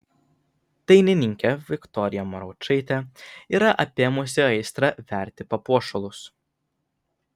dainininkę viktoriją mauručaitę yra apėmusi aistra verti papuošalus